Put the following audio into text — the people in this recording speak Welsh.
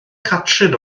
catrin